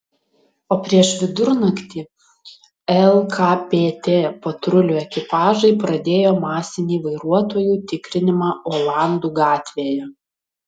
o prieš vidurnaktį lkpt patrulių ekipažai pradėjo masinį vairuotojų tikrinimą olandų gatvėje